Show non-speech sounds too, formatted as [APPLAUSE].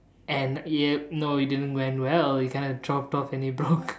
and yup no it didn't went well it kind of dropped off and it broke [LAUGHS]